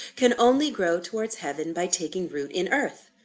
can only grow towards heaven by taking root in earth.